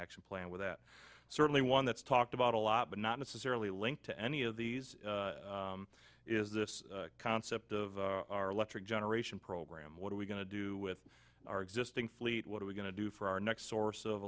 action plan with that certainly one that's talked about a lot but not necessarily linked to any of these is this concept of our electric generation program what are we going to do with our existing fleet what are we going to do for our next source of